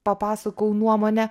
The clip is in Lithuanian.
papasakojau nuomonę